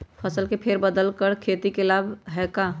फसल के फेर बदल कर खेती के लाभ है का?